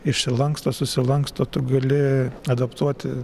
išsilanksto susilanksto tu gali adaptuoti